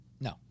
No